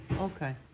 okay